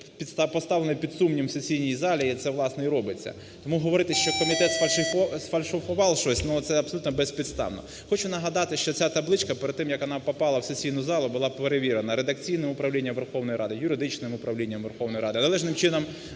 поставлені під сумнів в сесійній залі, і це, власне, і робиться. Тому говорити, що комітет сфальсифікував щось, це абсолютно безпідставно. Хочу нагадати, що ця табличка перед тим, як вона попала в сесійну залу, була перевірена Редакційним управлінням Верховної Ради, юридичним управлінням Верховної Ради, належним чином